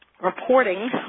reporting